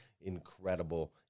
incredible